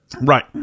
Right